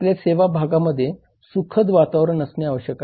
आपल्या सेवा भागामध्ये सुखद वातावरण असणे आवश्यक आहे